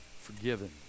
forgiven